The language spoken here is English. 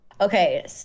Okay